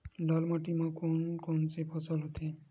लाल माटी म कोन कौन से फसल होथे?